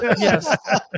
Yes